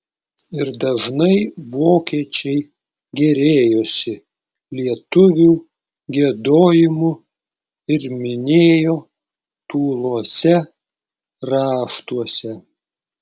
ir dažnai vokiečiai gėrėjosi lietuvių giedojimu ir minėjo tūluose raštuose